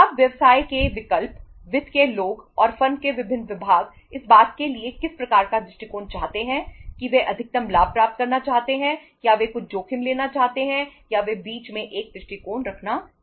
अब व्यवसाय के विकल्प वित्त के लोग और फर्म के विभिन्न विभाग इस बात के लिए किस प्रकार का दृष्टिकोण चाहते हैं कि वे अधिकतम लाभ प्राप्त करना चाहते हैं या वे कुछ जोखिम लेना चाहते हैं या वे बीच में एक दृष्टिकोण रखना चाहते हैं